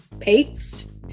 Pates